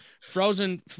Frozen